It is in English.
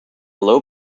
low